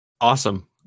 Awesome